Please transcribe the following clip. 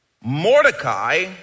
Mordecai